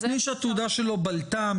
מי שהתעודה שלו בלתה,